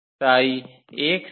তাই x এবং